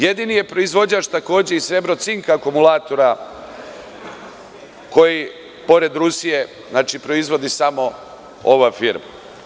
Jedini je proizvođač i srebro-cink akumulatora, koje pored Rusije proizvodi samo ova firma.